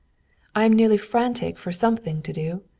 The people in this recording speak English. i am nearly frantic for something to do.